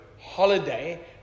holiday